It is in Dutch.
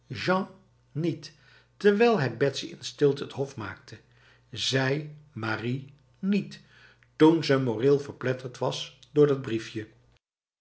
niet terwijl hij betsy in stilte het hof maakte zij marie niet toen ze moreel verpletterd was door dat briefje